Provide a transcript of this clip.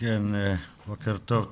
בוקר טוב,